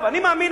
אני מאמין,